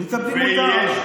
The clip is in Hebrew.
מקבלים אותם.